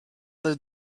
the